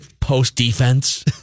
post-defense